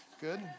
good